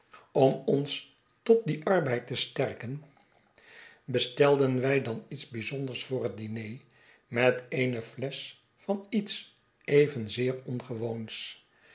om ons tot dien arbeid te sterken bestelden wij dan iets bijzonders voor het diner met eene flesch van iets evenzeer ongewoons